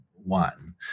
one